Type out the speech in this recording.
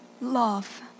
love